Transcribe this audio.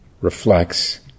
reflects